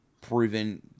proven